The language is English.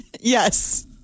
Yes